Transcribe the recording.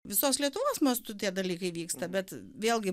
visos lietuvos mastu tie dalykai vyksta bet vėlgi